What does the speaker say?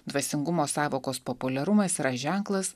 dvasingumo sąvokos populiarumas yra ženklas